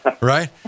Right